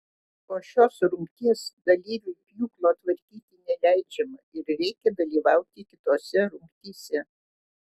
po šios rungties dalyviui pjūklo tvarkyti neleidžiama ir reikia dalyvauti kitose rungtyse